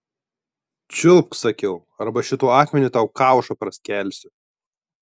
čiulpk sakiau arba šituo akmeniu tau kaušą praskelsiu